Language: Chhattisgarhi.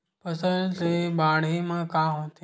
फसल से बाढ़े म का होथे?